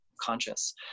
conscious